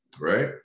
right